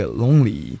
lonely